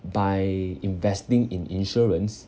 by investing in insurance